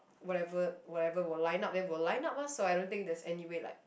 whatever whatever will line up then will line up lah so I don't think there's any way like